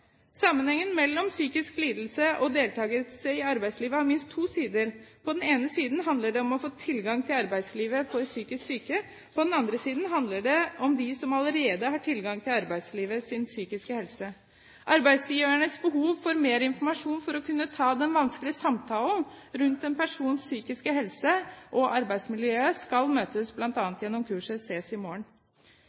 Sammenhengen mellom psykisk lidelse og deltakelse i arbeidslivet har minst to sider. På den ene siden handler det om å få tilgang til arbeidslivet for psykisk syke. På den andre siden handler det om den psykiske helsen til dem som allerede har tilgang til arbeidslivet. Arbeidsgivernes behov for mer informasjon for å kunne ta den vanskelige samtalen rundt en persons psykiske helse og arbeidsmiljøet skal møtes bl.a. gjennom kurset «Sees i morgen!».